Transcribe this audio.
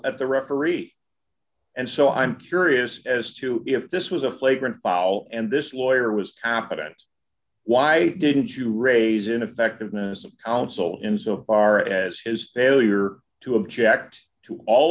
at the referee and so i'm curious as to if this was a flagrant foul and this lawyer was competent why didn't you raise ineffectiveness of counsel in so far as his failure to object to all